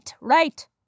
right